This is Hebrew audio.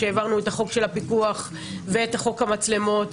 כשהעברנו את החוק של הפיקוח ואת חוק המצלמות,